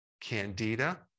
candida